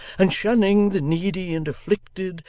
and shunning the needy and afflicted,